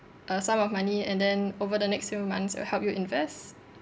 a sum of money and then over the next few months it'll help you invest